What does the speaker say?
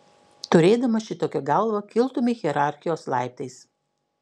turėdamas šitokią galvą kiltumei hierarchijos laiptais